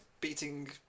beating